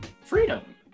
freedom